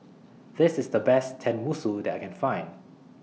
This IS The Best Tenmusu that I Can Find